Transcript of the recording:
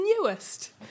Newest